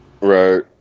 Right